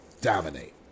dominate